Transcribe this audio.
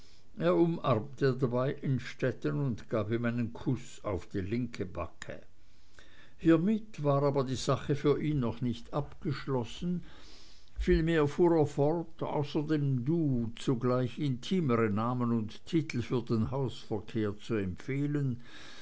dabei innstetten und gab ihm einen kuß auf die linke backe hiermit war aber die sache für ihn noch nicht abgeschlossen vielmehr fuhr er fort außer dem du zugleich intimere namen und titel für den hausverkehr zu empfehlen